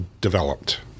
developed